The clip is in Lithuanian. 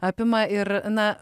apima ir na